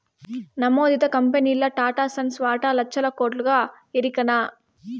నమోదిత కంపెనీల్ల టాటాసన్స్ వాటా లచ్చల కోట్లుగా ఎరికనా